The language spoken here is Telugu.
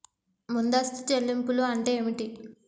ముందస్తు చెల్లింపులు అంటే ఏమిటి?